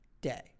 day